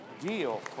deal